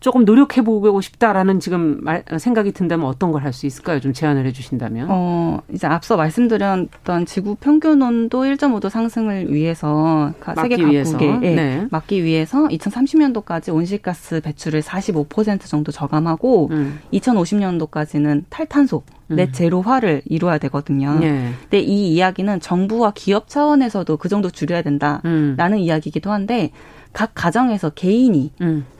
조금 노력해보고 싶다라는 지금 말- 생각이 든다면 어떤 걸 할 수 있을까요? 좀 제안을 해주신다면. 어, 이제 앞서 말씀드렸던 지구 평균 온도 1.5도 상승을 위해서 가- 세계 막기 각국에, 위해서. 예, 네. 막기 위해서 2030년도까지 온실가스 배출을 45% 정도 저감하고 음. 2050년도까지는 탈탄소 음. net zero화를 이루어야 되거든요. 네. 근데 이 이야기는 정부와 기업 차원에서도 그 정도 줄여야 된다라는 음. 이야기이기도 한데 각 가정에서 개인이 음.